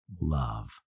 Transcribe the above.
love